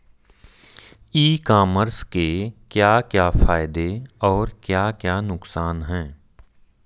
ई commerce के क्या क्या फायदे और क्या क्या नुकसान है?